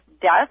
death